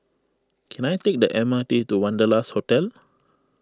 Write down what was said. can I take the M R T to Wanderlust Hotel